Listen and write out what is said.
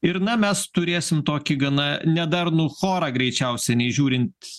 ir na mes turėsim tokį gana nedarnų chorą greičiausiai neįžiūrint